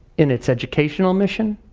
in its educational mission,